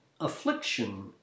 affliction